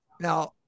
now